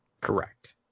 Correct